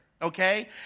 Okay